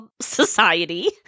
society